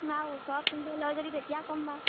বা ওচৰত কোনোবাই লয় যদি তেতিয়া ক'ম বাৰু